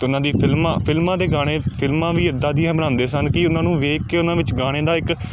ਅਤੇ ਉਹਨਾਂ ਦੀ ਫਿਲਮਾਂ ਫਿਲਮਾਂ ਦੇ ਗਾਣੇ ਫਿਲਮਾਂ ਵੀ ਇੱਦਾਂ ਦੀਆਂ ਬਣਾਉਂਦੇ ਸਨ ਕਿ ਉਹਨਾਂ ਨੂੰ ਵੇਖ ਕੇ ਉਹਨਾਂ ਵਿੱਚ ਗਾਣੇ ਦਾ ਇੱਕ